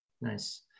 Nice